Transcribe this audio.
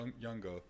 younger